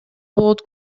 болот